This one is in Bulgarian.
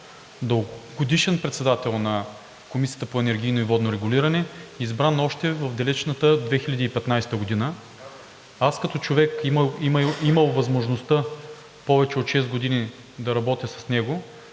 дългогодишен председател на Комисията по енергийно и водно регулиране, избран още в далечната 2015 г. Аз като човек, имал възможността повече от шест години да работя с него,